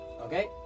Okay